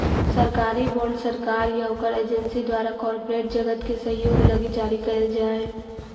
सरकारी बॉन्ड सरकार या ओकर एजेंसी द्वारा कॉरपोरेट जगत के सहयोग लगी जारी कैल जा हई